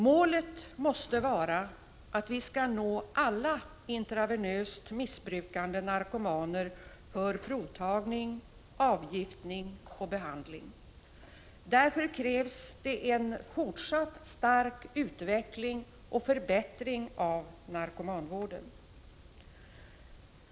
Målet måste vara att vi skall nå alla intravenöst missbrukande narkomaner för provtagning, avgiftning och behandling. Därför krävs det en fortsatt stark utveckling och förbättring av narkomanvården.